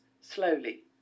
slowly